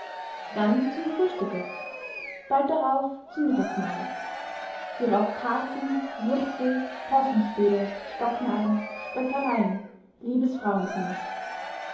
dann zum frühstücke bald darauf zum mittagsmahle hierauf karten würfel possenspiele stocknarren spöttereyen liebes frauenzimmer